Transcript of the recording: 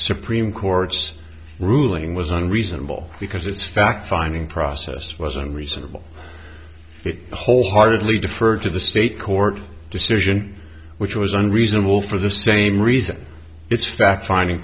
supreme court's ruling was an reasonable because it's fact finding process wasn't reasonable it wholeheartedly deferred to the state court decision which was unreasonable for the same reason it's fact finding